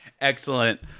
Excellent